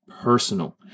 personal